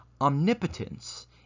omnipotence